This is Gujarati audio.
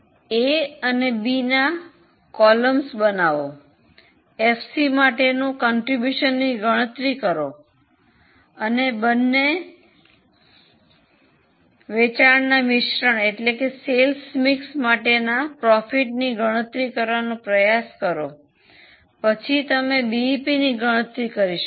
એ અને બી માટે કોલમન્સ બનાવો એફસી સાથે ફાળોની ગણતરી કરો અને બંને વેચાણના મિશ્રણ માટેના નફાની ગણતરી કરવાનો પ્રયાસ કરો પછી તમે બીઈપીની ગણતરી કરી શકશો